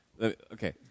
Okay